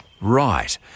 Right